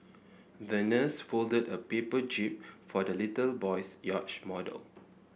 the nurse folded a paper jib for the little boy's yacht model